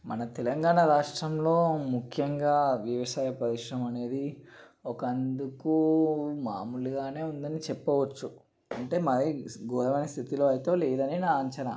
మన తెలంగాణ రాష్ట్రంలో ముఖ్యంగా వ్యవసాయ పరిశ్రమ అనేది ఒక వంతుకు మామూలుగానే ఉందని చెప్పవచ్చు అంటే మరీ సి ఘోరమైన స్థితిలో అయితే లేదని నా అంచనా